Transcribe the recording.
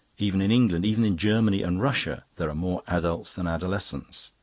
even in england, even in germany and russia, there are more adults than adolescents.